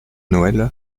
noël